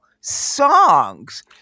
songs